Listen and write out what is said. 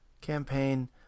campaign